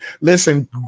Listen